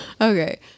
Okay